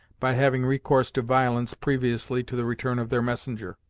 by having recourse to violence previously to the return of their messenger.